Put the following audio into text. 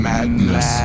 Madness